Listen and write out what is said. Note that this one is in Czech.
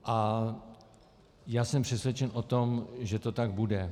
A já jsem přesvědčen o tom, že to tak bude.